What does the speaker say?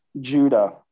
Judah